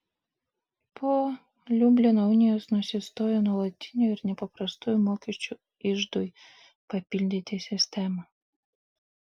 po liublino unijos nusistojo nuolatinių ir nepaprastųjų mokesčių iždui papildyti sistema